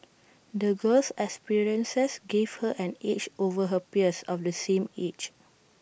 the girl's experiences gave her an edge over her peers of the same age